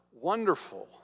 wonderful